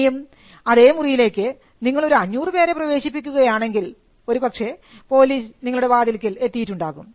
ഇനിയും അതേ മുറിയിലേക്ക് നിങ്ങൾ ഒരു 500 പേരെ പ്രവേശിപ്പിക്കുകയാണെങ്കിൽ ഒരു പക്ഷേ പോലീസ് നിങ്ങളുടെ വാതിൽക്കൽ എത്തിയിട്ടുണ്ടാകും